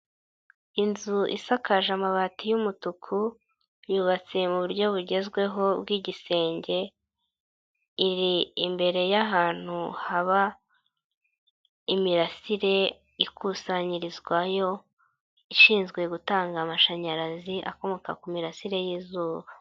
Inzu isakaje amabati y'umutuku yubatse mu buryo bugezweho bw'igisenge iri imbere y'ahantu haba imirasire ikusanyirizwayo ishinzwe gutanga amashanyarazi akomoka ku mirasire y'izuba.